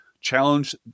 challenge